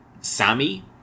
Sammy